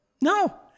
No